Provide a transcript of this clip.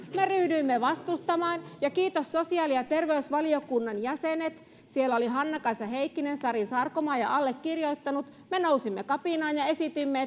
me ryhdyimme vastustamaan sitä ja kiitos sosiaali ja terveysvaliokunnan jäsenien siellä oli hanna kaisa heikkinen sari sarkomaa ja allekirjoittanut me nousimme kapinaan ja esitimme